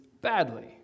badly